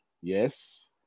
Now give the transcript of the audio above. Yes